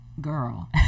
girl